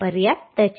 પર્યાપ્ત છે